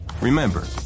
Remember